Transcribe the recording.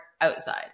outside